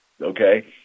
okay